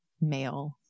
male